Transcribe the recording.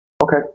Okay